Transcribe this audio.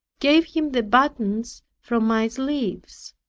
gave him the buttons from my sleeves.